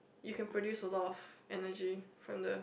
you can produce a lot of energy from the